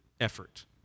effort